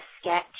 sketch